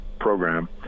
program